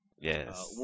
Yes